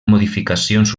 modificacions